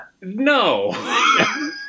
no